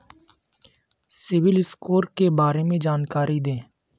CIBIL score के बारे में जानकारी दें?